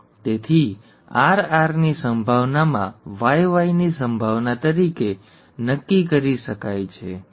તેથી તે આરઆરની સંભાવનામાં Yy ની સંભાવના તરીકે નક્કી કરી શકાય છે જે 12 x 14 છે અને તે 18 છે